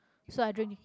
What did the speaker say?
so I don't